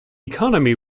economy